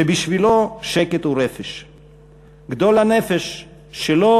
שבשבילו "שקט הוא רפש"; גדול הנפש שלא